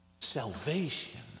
salvation